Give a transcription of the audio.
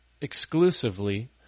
exclusively